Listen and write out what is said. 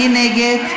מי נגד?